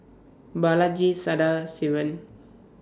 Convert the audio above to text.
Balaji Sadasivan